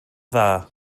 dda